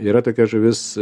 yra tokia žuvis